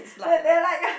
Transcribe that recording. there there like